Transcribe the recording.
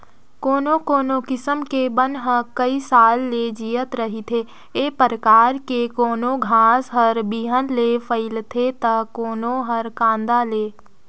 कोनो कोनो किसम के बन ह कइ साल ले जियत रहिथे, ए परकार के कोनो घास हर बिहन ले फइलथे त कोनो हर कांदा ले